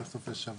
גם בסופי שבוע.